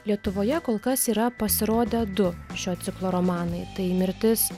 lietuvoje kol kas yra pasirodę du šio ciklo romanai tai mirtis